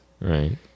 right